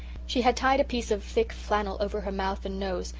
she had tied a piece of thick flannel over her mouth and nose,